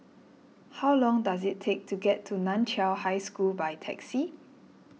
how long does it take to get to Nan Chiau High School by taxi